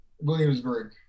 Williamsburg